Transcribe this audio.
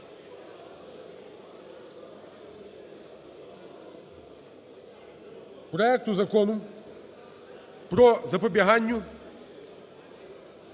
проекту Закону про запобіганню